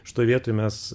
šitoj vietoj mes